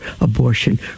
abortion